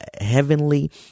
heavenly